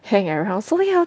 hang around so 要